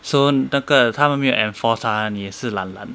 so 那个他们没有 enforce !huh! 你也是 lan lan